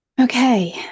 Okay